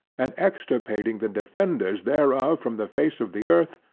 and extirpating the defenders thereof from the face of the earth,